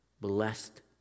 blessed